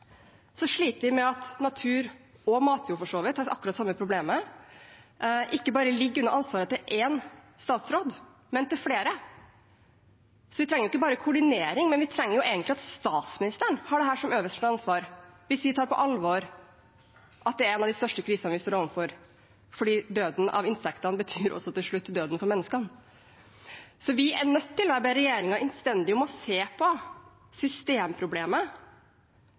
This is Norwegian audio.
sliter vi med at natur – matjord har for så vidt akkurat det samme problemet – ikke bare ligger under ansvaret til én statsråd, men til flere. Så vi trenger ikke bare koordinering, vi trenger egentlig at statsministeren har dette som øverste ansvar hvis vi tar på alvor at det er en av de største krisene vi står overfor, for insektdøden betyr til slutt også døden for menneskene. Så jeg ber regjeringen innstendig om å se på systemproblemet